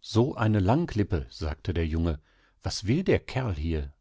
so eine langlippe sagte der junge was will der kerl hier